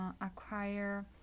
acquire